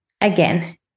Again